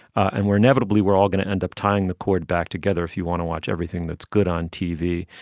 and we're inevitably we're all going to end up tying the cord back together if you want to watch everything that's good on tv.